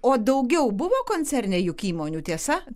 o daugiau buvo koncerne juk įmonių tiesa